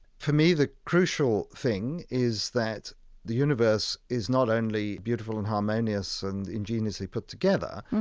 for me the crucial thing is that the universe is not only beautiful and harmonious and ingeniously put together,